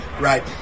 right